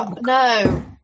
no